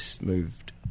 moved